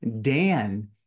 Dan